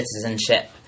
citizenship